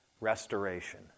restoration